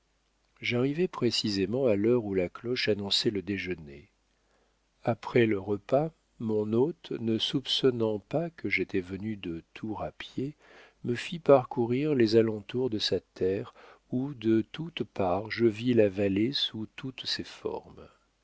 j'arrivai précisément à l'heure où la cloche annonçait le déjeuner après le repas mon hôte ne soupçonnant pas que j'étais venu de tours à pied me fit parcourir les alentours de sa terre où de toutes parts je vis la vallée sous toutes ses formes